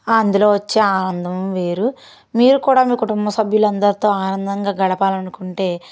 అందులో వచ్చే ఆనందం వేరు మీరు కూడా మీ కుటుంబ సభ్యులు అందరితో ఆనందంగా గడపాలనుకుంటే